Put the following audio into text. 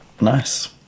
Nice